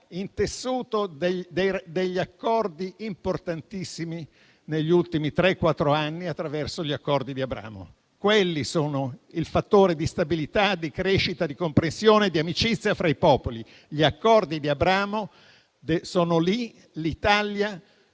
intessuto dei rapporti importantissimi negli ultimi tre-quattro anni attraverso gli Accordi di Abramo. Tali Accordi sono il fattore di stabilità, di crescita, di comprensione e di amicizia fra i popoli. Gli Accordi di Abramo sono lì. L'Italia